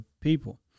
people